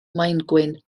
maengwyn